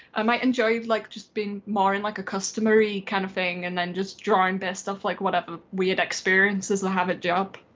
i might enjoy like just being more in like a customer kind of thing and then just drawing based of like whatever weird experiences i had at job.